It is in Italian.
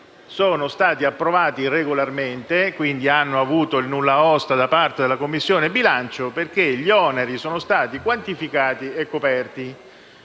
sono stati approvati regolarmente, quindi hanno avuto il nulla osta da parte della Commissione bilancio, perché gli oneri sono stati quantificati e coperti.